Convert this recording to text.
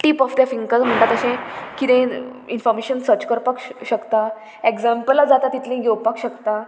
tip of the fingers म्हणटा तशें किदें इन्फोर्मेशन सर्च करपाक शकता एग्जांपलां जाता तितलीं घेवपाक शकता